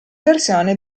versione